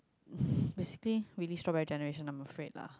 basically really strawberry generation I'm afraid lah